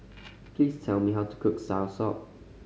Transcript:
please tell me how to cook soursop